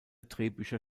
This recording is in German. drehbücher